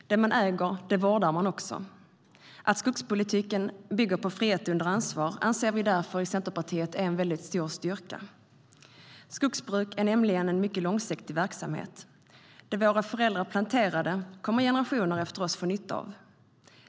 Det man äger vårdar man också. Att skogspolitiken bygger på frihet under ansvar anser vi därför är en stor styrka. Skogsbruk är nämligen en mycket långsiktig verksamhet. Det våra föräldrar planterade kommer generationer efter oss att få nytta av.